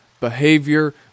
behavior